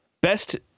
Best